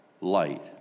light